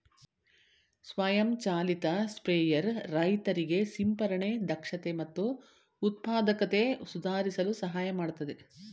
ಸ್ವಯಂ ಚಾಲಿತ ಸ್ಪ್ರೇಯರ್ ರೈತರಿಗೆ ಸಿಂಪರಣೆ ದಕ್ಷತೆ ಮತ್ತು ಉತ್ಪಾದಕತೆ ಸುಧಾರಿಸಲು ಸಹಾಯ ಮಾಡ್ತದೆ